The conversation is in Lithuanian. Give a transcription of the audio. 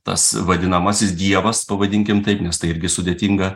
tas vadinamasis dievas pavadinkim taip nes tai irgi sudėtinga